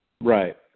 Right